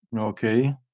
Okay